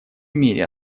мере